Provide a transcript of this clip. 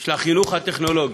של החינוך הטכנולוגי?